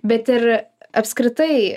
bet ir apskritai